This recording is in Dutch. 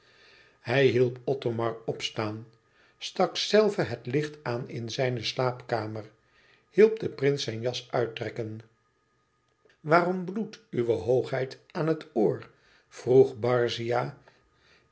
hij hielp othomar opstaan stak zelve het licht aan in zijne slaapkamer hielp den prins zijn jas uittrekken waarom bloedt uwe hoogheid aan het oor vroeg